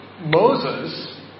Moses